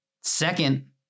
second